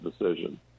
decision